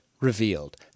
revealed